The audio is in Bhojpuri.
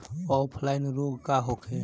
ऑफलाइन रोग का होखे?